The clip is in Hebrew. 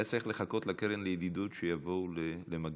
היה צריך לחכות לקרן לידידות שיבואו למגן.